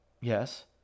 Yes